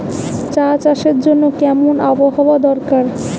চা চাষের জন্য কেমন আবহাওয়া দরকার?